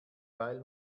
weil